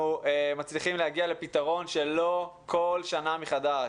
מצליחים להגיע לפתרון שלא כל שנה מחדש.